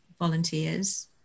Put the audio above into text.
volunteers